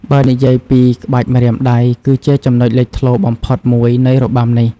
បើនិយាយពី ក្បាច់ម្រាមដៃ គឺជាចំណុចលេចធ្លោបំផុតមួយនៃរបាំនេះ។